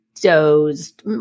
Dozed